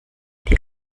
die